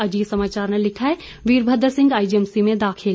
अजीत समाचार ने लिखा है वीरभद्र सिंह आईजीएमसी में दाखिल